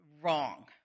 wrong